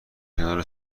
کنار